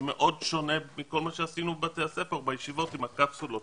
זה מאוד שונה מכל מה שעשינו בבתי הספר ובישיבות עם הקפסולות,